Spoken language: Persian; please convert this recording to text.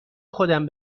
خودم